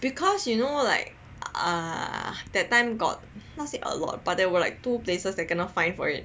because you know like err that time got not say a lot but there were like two places that kena fined for it